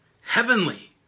Heavenly